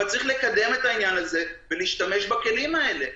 אבל צריך לקדם את העניין הזה ולהשתמש בכלים האלה.